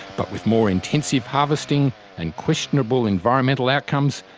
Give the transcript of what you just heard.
but with more intensive harvesting and questionable environmental outcomes,